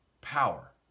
Power